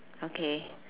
okay